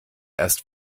erst